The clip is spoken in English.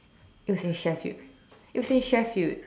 it was in Sheffield it was in Sheffield